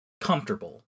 comfortable